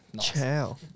ciao